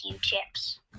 chips